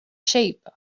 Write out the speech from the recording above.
sheep